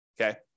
okay